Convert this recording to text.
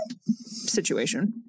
situation